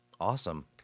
Awesome